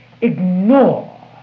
ignore